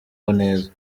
neza